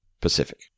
Pacific